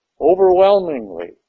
overwhelmingly